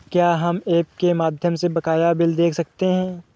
क्या हम ऐप के माध्यम से बकाया बिल देख सकते हैं?